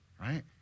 right